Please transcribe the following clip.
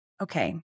okay